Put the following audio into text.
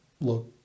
look